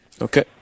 Okay